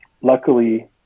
luckily